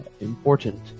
important